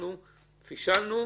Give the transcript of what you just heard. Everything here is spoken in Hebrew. אנחנו פישלנו,